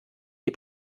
die